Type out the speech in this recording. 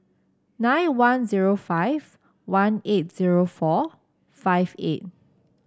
nine one zero five one eight zero four five eight